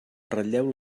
ratlleu